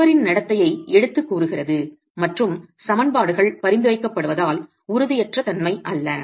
சுவரின் நடத்தையை எடுத்து கூறுகிறது மற்றும் சமன்பாடுகள் பரிந்துரைக்கப்படுவதால் உறுதியற்ற தன்மை அல்ல